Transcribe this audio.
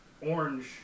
orange